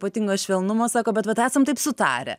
ypatingo švelnumo sako bet vat esam taip sutarę